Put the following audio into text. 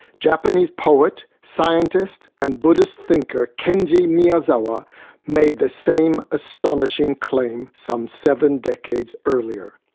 japanese poet, scientist and buddhist thinker kenji miyazawa made the same astonishing claim some seven decades earlier.